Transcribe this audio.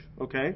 okay